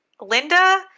Linda